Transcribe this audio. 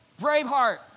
Braveheart